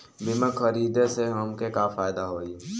बीमा खरीदे से हमके का फायदा होई?